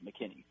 McKinney